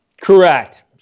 Correct